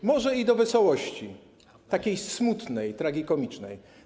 A, może do wesołości, takiej smutnej, tragikomicznej.